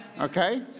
Okay